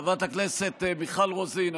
חברת הכנסת מיכל רוזין,